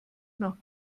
nach